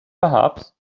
perhaps